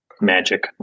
Magic